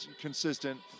consistent